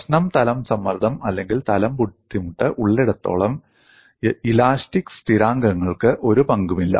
പ്രശ്നം തലം സമ്മർദ്ദം അല്ലെങ്കിൽ തലം ബുദ്ധിമുട്ട് ഉള്ളിടത്തോളം ഇലാസ്റ്റിക് സ്ഥിരാങ്കങ്ങൾക്ക് ഒരു പങ്കുമില്ല